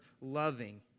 loving